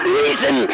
reason